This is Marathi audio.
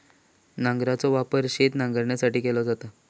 नांगराचो वापर शेत नांगरुसाठी केलो जाता